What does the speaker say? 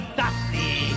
dusty